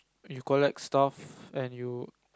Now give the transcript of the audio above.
you collect stuff and you